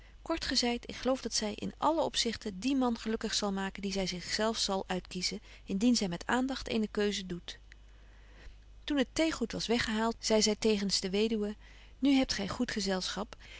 kort gezeit ik geloof dat zy in allen opzichte dien man gelukkig zal maken dien zy zich zelf zal uitkiezen indien zy met aandagt eene keuze doet toen het theegoed was weggehaalt zei zy tegens de weduwe nu hebt gy goed gezelschap